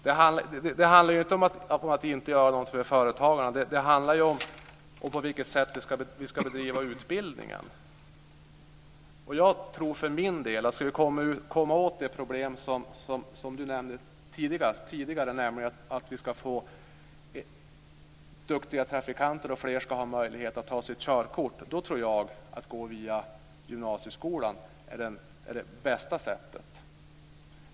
Herr talman! Det handlar ju inte om att inte göra något för företagarna. Det handlar ju om på vilket sätt vi ska bedriva utbildningen. Jag tror för min del att om vi ska komma åt det problem som Desirée Pethrus Engström nämnde tidigare, nämligen att vi ska få duktiga trafikanter och att fler ska ha möjlighet att ta sitt körkort, då tror jag att det bästa sättet är att gå via gymnasieskolan.